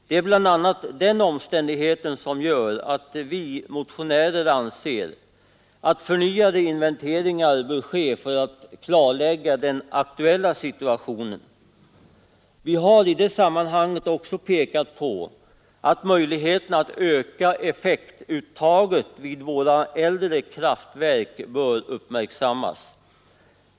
Det är bl.a. den omständigheten som gör att vi motionärer anser att förnyade inventeringar bör ske för att klarlägga den aktuella situationen. Vi har i det sammanhanget också pekat på att möjligheten att öka effektuttaget vid våra äldre kraftverk bör uppmärksammas.